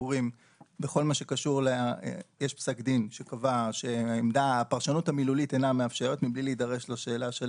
יש פסק דין שקבע שהפרשנות המילולית אינה מאפשרת מבלי להידרש לשאלה של